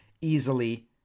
easily